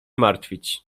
martwić